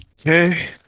Okay